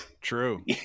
True